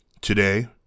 Today